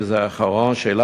4. הסעיף הרביעי,